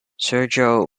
sergio